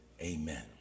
Amen